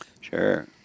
Sure